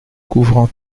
couvrant